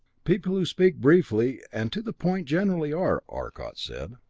people who speak briefly and to the point generally are, arcot said.